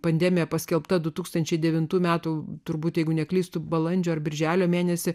pandemija paskelbta du tūkstančiai devintų metų turbūt jeigu neklystu balandžio ar birželio mėnesį